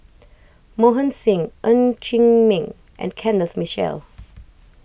Mohan Singh Ng Chee Meng and Kenneth Mitchell